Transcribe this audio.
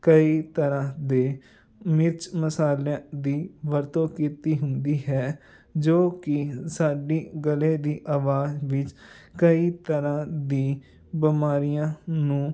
ਕਈ ਤਰ੍ਹਾਂ ਦੇ ਮਿਰਚ ਮਸਾਲਿਆਂ ਦੀ ਵਰਤੋਂ ਕੀਤੀ ਹੁੰਦੀ ਹੈ ਜੋ ਕਿ ਸਾਡੀ ਗਲੇ ਦੀ ਆਵਾਜ਼ ਵਿੱਚ ਕਈ ਤਰ੍ਹਾਂ ਦੀ ਬਿਮਾਰੀਆਂ ਨੂੰ